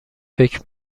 فکر